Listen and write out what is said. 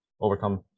overcome